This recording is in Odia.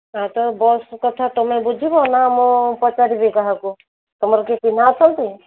ଆଉ ତ ବସ୍ କଥା ତୁମେ ବୁଝିବ ନାଁ ମୁଁ ପଚାରିବି କାହାକୁ ତୁମର କିଏ ଚିହ୍ନା ଅଛନ୍ତି